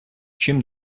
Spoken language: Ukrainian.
чим